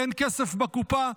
אין כסף בקופה,